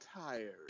tired